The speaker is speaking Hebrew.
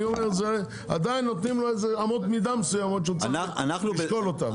אני אומר עדיין נותנים לו אמות מידה מסוימות שהוא צריך לשקול אותם.